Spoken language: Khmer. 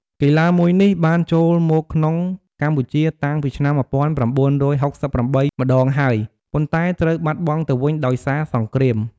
កីឡាមួយនេះបានចូលមកក្នុងកម្ពុជាតាំងពីឆ្នាំ១៩៦៨ ម្ដងហើយ ប៉ុន្តែត្រូវបាត់បង់ទៅវិញដោយសារសង្គ្រាម ។